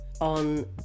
on